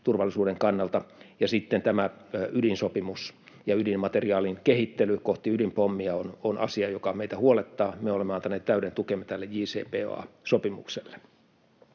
turvallisuuden kannalta, ja sitten tämä ydinsopimus ja ydinmateriaalin kehittely kohti ydinpommia, se on asia, joka meitä huolettaa. Me olemme antaneet täyden tukemme tälle JCPOA-sopimukselle.